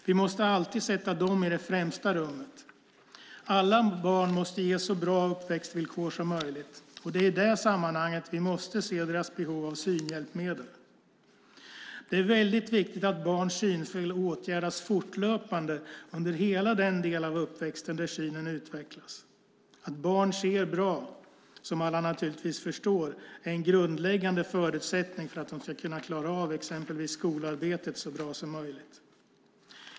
Vi måste alltid sätta dem i det främsta rummet. Alla barn måste ges så bra uppväxtvillkor som möjligt. Det är i detta sammanhang vi måste se deras behov av synhjälpmedel. Det är väldigt viktigt att barns synfel åtgärdas fortlöpande under hela den del av uppväxten då synen utvecklas. Att barn ser bra är, som alla naturligtvis förstår, en grundläggande förutsättning för att de ska klara av exempelvis skolarbetet så bra som möjligt.